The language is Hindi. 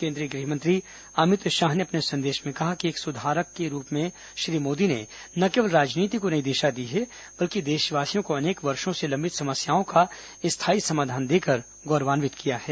केंद्रीय गृहमंत्री अमित शाह ने अपने संदेश में कहा कि एक सुधारक के रूप में श्री मोदी ने न केवल राजनीति को नई दिशा दी है बल्कि देशवासियों को अनेक वर्षो से लंबित समस्याओं का स्थायी समाधान देकर गौरवान्वित किया है